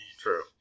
True